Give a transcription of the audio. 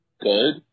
good